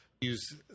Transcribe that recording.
use